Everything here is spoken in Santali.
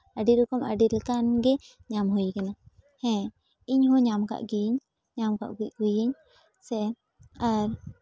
ᱟᱹᱰᱤ ᱨᱚᱠᱚᱢ ᱟᱹᱰᱤ ᱞᱮᱠᱟᱱᱜᱮ ᱧᱟᱢ ᱦᱩᱭ ᱠᱟᱱᱟ ᱦᱮᱸ ᱤᱧ ᱦᱚᱸ ᱧᱟᱢ ᱠᱟᱜ ᱜᱮᱭᱟᱹᱧ ᱧᱟᱢ ᱠᱟᱜ ᱠᱚ ᱜᱮᱭᱟᱹᱧ ᱥᱮ